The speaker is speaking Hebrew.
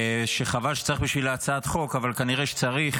שחבל שצריך בשבילה הצעת חוק, אבל כנראה שצריך.